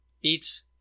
Beats